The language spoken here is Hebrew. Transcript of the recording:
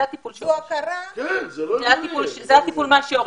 זה הטיפול מהשורש.